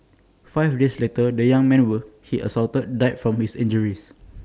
five days later the young man will he assaulted died from his injuries